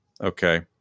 Okay